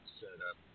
setup